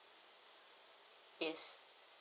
yes